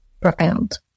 Profound